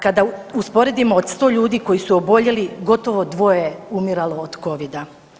Kada usporedimo od 100 ljudi koji su oboljeli gotovo je 2 umiralo od Covida.